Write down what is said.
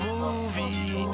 Movie